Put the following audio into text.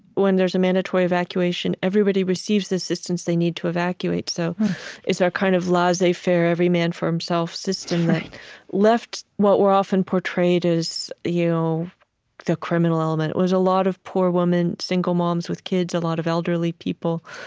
when there's a mandatory evacuation, everybody receives the assistance they need to evacuate, so it's our kind of laissez-faire, every-man-for-himself system that left what were often portrayed as the criminal element was a lot of poor women, single moms with kids, a lot of elderly people.